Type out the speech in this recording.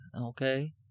Okay